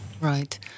Right